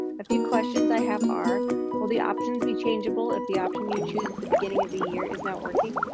a few questions i have are will the options be changeable if the option you choose at the beginning of the year is not working?